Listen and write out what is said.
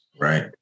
Right